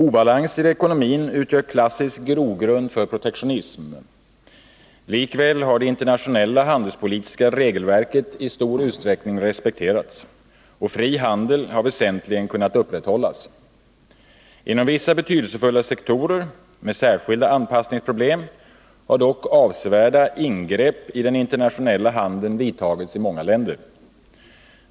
Obalanser i ekonomin utgör klassisk grogrund för protektionism. Likväl har det internationella handelspolitiska regelverket i stor utsträckning respekterats, och fri handel har väsentligen kunnat upprätthållas. Inom vissa betydelsefulla sektorer med särskilda anpassningsproblem har dock avsevärda ingrepp i den internationella handeln vidtagits i många länder.